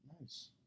Nice